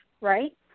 right